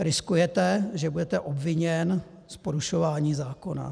Riskujete, že budete obviněn z porušování zákona.